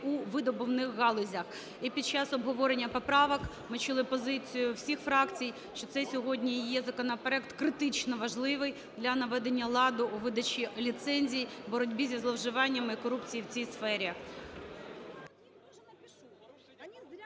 у видобувних галузях. І під час обговорення поправок ми чули позицію всіх фракцій, що це сьогодні є законопроект критично важливий для наведення ладу у видачі ліцензій, боротьбі зі зловживаннями, корупції в цій сфері.